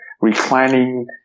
reclining